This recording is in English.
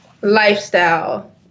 lifestyle